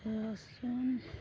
ৰচুন